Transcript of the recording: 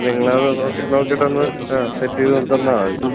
നിങ്ങൾ നോക്കി നോക്കിയിട്ടൊന്ന് അ സെറ്റ് ചെയ്ത് തന്നാൽ മതി